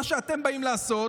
מה שאתם באים לעשות,